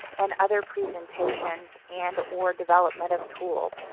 and other presentations and or developmental tools.